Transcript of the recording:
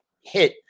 hit